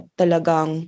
talagang